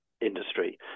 industry